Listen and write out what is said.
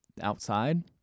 outside